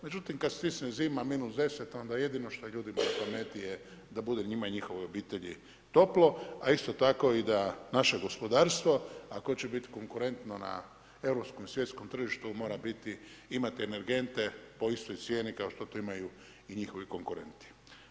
Međutim kad stisne zima, -10 onda jedino što ljudima je na pameti da bude njima i njihovoj obitelji toplo, a isto tako i da naše gospodarstvo ako hoće biti konkurentno na europskom i svjetskom tržištu mora biti, imati energente po istoj cijeni kao što to imaju i njihovi konkurentni.